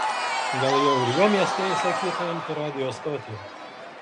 gal jau ir jo mieste įsakyta imti radijo stotį